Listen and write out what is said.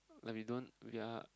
like we don't we are